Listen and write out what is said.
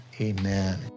Amen